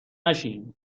نشیم